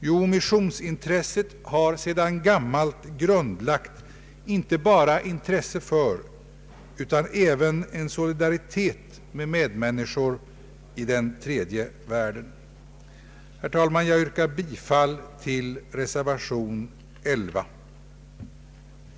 Jo, missionsintresset har sedan gammalt grundlagt inte bara intresse för utan även en solidaritet med människor i den tredje världen. b) att i avvakian på resuitalet av här föreslagna förhandlingar eventuella utbetalningar av det till Nordvietnam utlovade kreditbiståndet finge ske över tilläggsstat samt